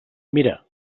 mira